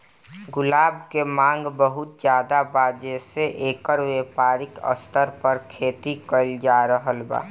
गुलाब के मांग बहुत ज्यादा बा जेइसे एकर व्यापारिक स्तर पर खेती कईल जा रहल बा